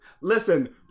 Listen